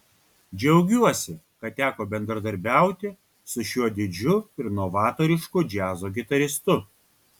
džiaugiuosi kad teko bendradarbiauti su šiuo didžiu ir novatorišku džiazo gitaristu